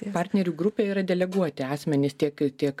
partnerių grupė yra deleguoti asmenys tiek tiek